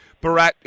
Barat